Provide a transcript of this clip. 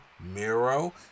Miro